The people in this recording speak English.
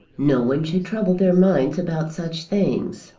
no one should trouble their minds about such things.